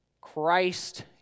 Christ